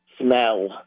smell